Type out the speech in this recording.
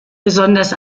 besonders